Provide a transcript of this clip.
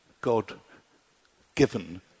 God-given